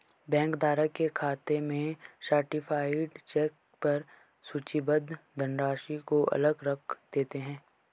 bank धारक के खाते में सर्टीफाइड चेक पर सूचीबद्ध धनराशि को अलग रख देते हैं